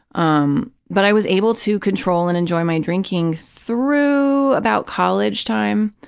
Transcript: um but i was able to control and enjoy my drinking through about college time,